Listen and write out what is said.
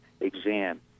exam